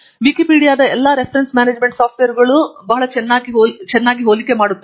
ವಿಕಿಪೀಡಿಯಾದ ಎಲ್ಲಾ reference management ಸಾಫ್ಟ್ ವೇರ್ಗಳೂ ಬಹಳ ಚೆನ್ನಾಗಿ ಹೋಲಿಕೆ ಮಾಡುತ್ತವೆ